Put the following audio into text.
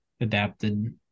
adapted